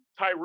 Tyreek